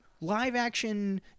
live-action